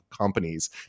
companies